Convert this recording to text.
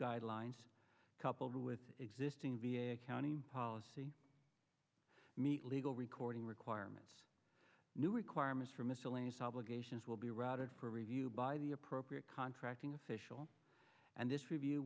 guidelines coupled with existing v a accounting policy meet legal recording requirements new requirements for miscellaneous obligations will be routed for review by the appropriate contracting official and